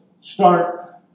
start